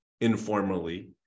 informally